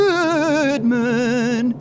Goodman